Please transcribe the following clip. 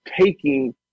taking